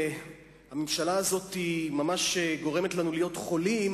הממשלה הזאת ממש גורמת לנו להיות חולים,